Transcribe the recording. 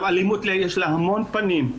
לאלימות יש המון פנים.